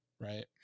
right